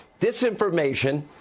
disinformation —